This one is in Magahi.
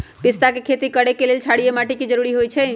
पिस्ता के खेती करय लेल क्षारीय माटी के जरूरी होई छै